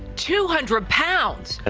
two hundred pounds. and